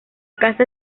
casa